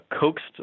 coaxed